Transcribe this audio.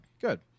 good